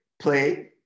play